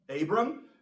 Abram